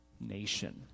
nation